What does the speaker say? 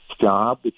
...job